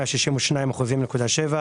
במקום "162.7%"